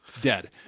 dead